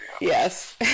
Yes